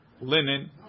linen